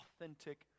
authentic